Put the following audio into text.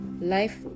life